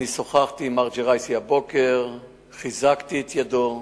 שוחחתי עם מר ג'ראיסי הבוקר, חיזקתי את ידיו,